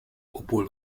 obwohl